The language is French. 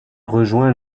rejoint